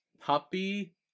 Puppy